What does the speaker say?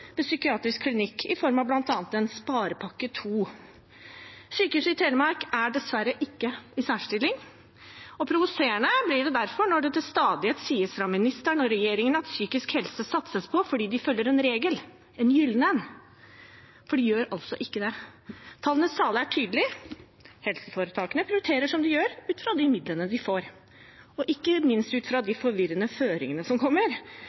ved psykiatrisk klinikk, i form av bl.a. sparepakke 2. Sykehuset Telemark er dessverre ikke i noen særstilling, og provoserende blir det derfor når det til stadighet sies av statsråden og regjeringen at det satses på psykisk helse fordi de følger en regel – en gyllen en. De gjør altså ikke det. Tallenes tale er tydelig. Helseforetakene prioriterer som de gjør, ut fra de midlene de får – og ikke minst ut fra de forvirrende føringene som kommer.